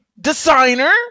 designer